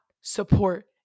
support